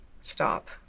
Stop